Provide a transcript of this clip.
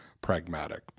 pragmatic